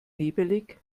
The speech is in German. nebelig